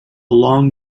long